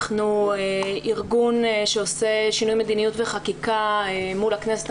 אנחנו ארגון שעושה שינוי מדיניות וחקיקה מול הכנסת,